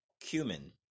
cumin